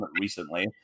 recently